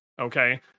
Okay